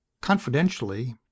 Confidentially